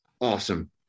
awesome